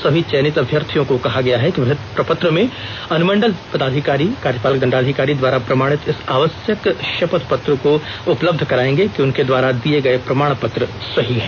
सभी चयनित अभ्यर्थियों को कहा गया है कि विहित प्रपत्र में अनुमंडल पदाधिकारी कार्यपालक दंडाधिकारी द्वारा प्रमाणित इस आवश्यक शपथपत्र को उपलब्ध करायेंगे कि उनके द्वारा दिए गये प्रमाण पत्र सही हैं